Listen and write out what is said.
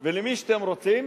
ולטלפן למי שאתם רוצים